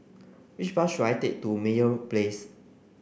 which bus should I take to Meyer Place